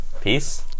peace